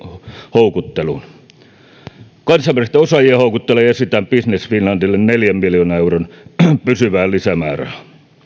houkutteluun kansainvälisten osaajien houkutteluun esitetään business finlandille neljän miljoonan euron pysyvää lisämäärärahaa